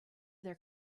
their